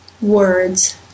words